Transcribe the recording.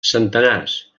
centenars